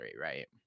right